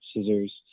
scissors